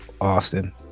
austin